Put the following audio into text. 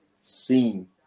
seen